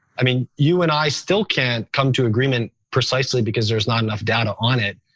i mean, you and i still can't come to agreement precisely because there's not enough data on it,